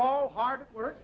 all hard work